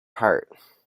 part